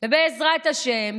בעזרת השם,